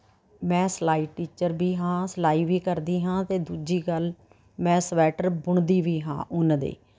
ਮੈਂ ਸਿਲਾਈ ਟੀਚਰ ਵੀ ਹਾਂ ਸਿਲਾਈ ਵੀ ਕਰਦੀ ਹਾਂ ਅਤੇ ਦੂਜੀ ਗੱਲ ਮੈਂ ਸਵੈਟਰ ਬੁਣਦੀ ਵੀ ਹਾਂ ਉੱਨ ਦੇ